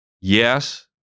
Yes